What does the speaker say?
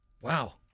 Wow